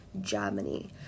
Germany